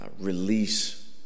release